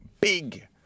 big